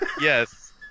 Yes